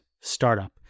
startup